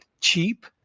cheap